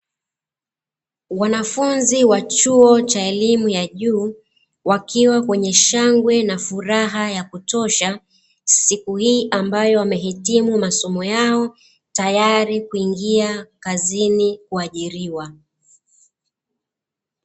Wanafunzi wa elimu a chuo cha juu wakiwa kwenye shangwe na furaha ya kutosha, siku hii ambayo wamehiimu masomo yao tayari kuingia kazini kuajiriwa.